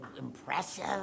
impressive